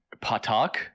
Patak